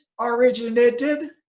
originated